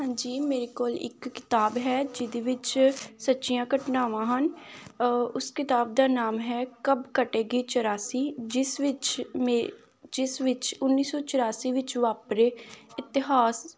ਹਾਂਜੀ ਮੇਰੇ ਕੋਲ ਇੱਕ ਕਿਤਾਬ ਹੈ ਜਿਹਦੇ ਵਿੱਚ ਸੱਚੀਆਂ ਘਟਨਾਵਾਂ ਹਨ ਉਸ ਕਿਤਾਬ ਦਾ ਨਾਮ ਹੈ ਕਬ ਕਟੇਗੀ ਚੁਰਾਸੀ ਜਿਸ ਵਿੱਚ ਮੇ ਜਿਸ ਵਿੱਚ ਉੱਨੀ ਸੌ ਚੁਰਾਸੀ ਵਿੱਚ ਵਾਪਰੇ ਇਤਿਹਾਸ